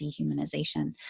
dehumanization